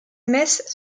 messes